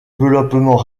développement